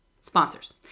Sponsors